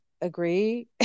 agree